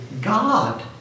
God